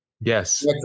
Yes